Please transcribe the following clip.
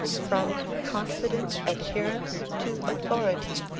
from confident adherence to authority,